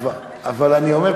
אבל אני אומר,